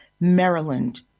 Maryland